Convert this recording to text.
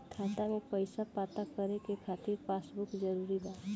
खाता में पईसा पता करे के खातिर पासबुक जरूरी बा?